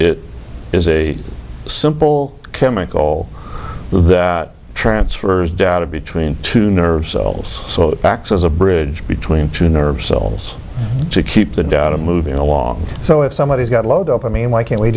it is a simple chemical that transfers data between two nerve cells so acts as a bridge between two nerve cells to keep the data moving along so if somebody's got a load up i mean why can't we